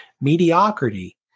Mediocrity